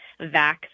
Vax